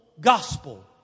gospel